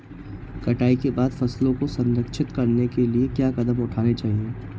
कटाई के बाद फसलों को संरक्षित करने के लिए क्या कदम उठाने चाहिए?